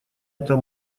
это